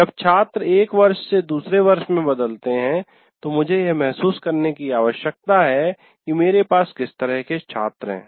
जब छात्र एक वर्ष से दूसरे वर्ष में बदलते हैं तो मुझे यह महसूस करने की आवश्यकता है कि मेरे पास किस तरह के छात्र हैं